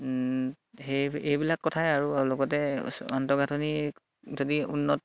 সেই এইবিলাক কথাই আৰু লগতে অন্তঃগাঁঠনি যদি উন্নত